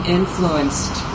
influenced